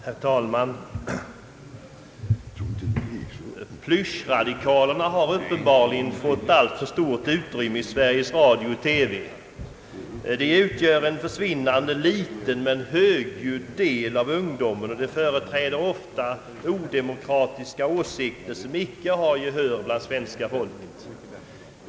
Herr talman! Plysch-radikalerna har uppenbarligen fått alltför stort utrymme i Sveriges Radio och TV. De utgör en försvinnande liten men högljudd del av ungdomen, och de företräder ofta odemokratiska åsikter som icke har gehör bland svenska folket.